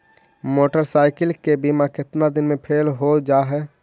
Motorcycle के बिमा केतना दिन मे फेल हो जा है?